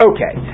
Okay